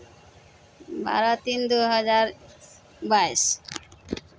बारह तीन दू हजार बाइस